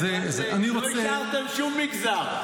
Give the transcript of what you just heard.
לא השארתם שום מגזר.